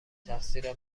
تقصیر